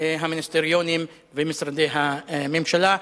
המיניסטריונים ומשרדי הממשלה.